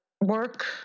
work